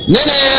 Nene